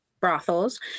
brothels